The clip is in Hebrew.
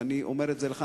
ואני אומר את זה לך,